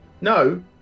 No